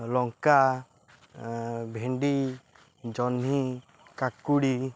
ଲଙ୍କା ଭେଣ୍ଡି ଜହ୍ନି କାକୁଡ଼ି